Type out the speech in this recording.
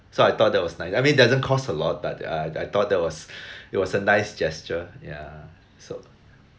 so I thought that was nice I mean doesn't cost a lot but uh I thought that was it was a nice gesture yeah so